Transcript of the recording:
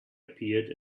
appeared